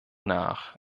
nach